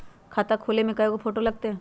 खाता खोले में कइगो फ़ोटो लगतै?